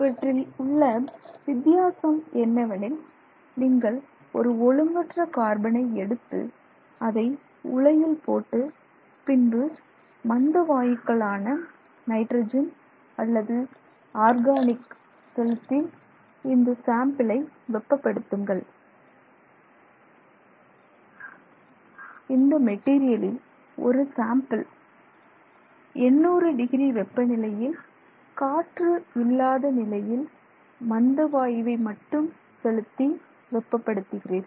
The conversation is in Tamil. இவற்றில் உள்ள வித்தியாசம் என்னவெனில் நீங்கள் ஒரு ஒழுங்கற்ற கார்பனை எடுத்து அதை உலையில் போட்டு பின்பு மந்தவாயுக்களான நைட்ரஜன் அல்லது ஆர்கானிக் செலுத்தி இந்த சாம்பிளை வெப்ப படுத்துங்கள் இந்த மெட்டீரியலில் ஒரு சாம்பிள் 800 டிகிரி வெப்பநிலையில் காற்று இல்லாத நிலையில் மந்த வாயுவை மட்டும் செலுத்தி வெப்ப படுத்துகிறீர்கள்